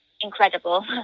incredible